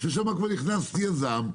ששם כבר נכנס יזם,